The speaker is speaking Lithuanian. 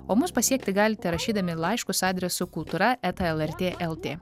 o mus pasiekti galite rašydami laiškus adresu kultūra eta lrt lt